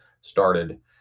started